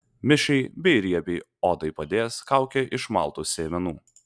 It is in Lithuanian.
mišriai bei riebiai odai padės kaukė iš maltų sėmenų